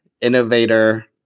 innovator